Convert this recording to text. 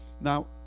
Now